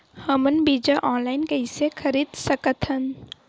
हमन बीजा ऑनलाइन कइसे खरीद सकथन?